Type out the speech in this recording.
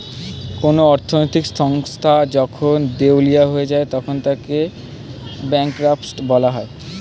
কোন অর্থনৈতিক সংস্থা যখন দেউলিয়া হয়ে যায় তখন তাকে ব্যাঙ্করাপ্ট বলা হয়